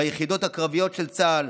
ביחידות הקרביות של צה"ל,